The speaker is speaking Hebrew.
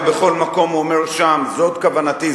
ובכל מקום הוא אומר שם: זאת כוונתי,